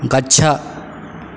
गच्छ